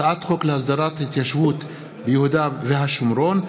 הצעת חוק להסדרת התיישבות ביהודה והשומרון,